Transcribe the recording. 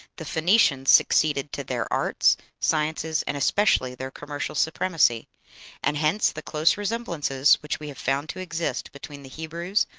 the phoenicians succeeded to their arts, sciences, and especially their commercial supremacy and hence the close resemblances which we have found to exist between the hebrews,